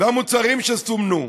והמוצרים שסומנו,